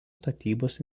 statybos